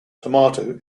tomato